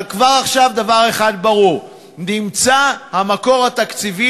אבל כבר עכשיו דבר אחד ברור: נמצא המקור התקציבי